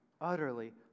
utterly